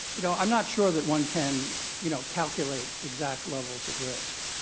you know, i'm not sure that one can you know calculate exact levels of risk.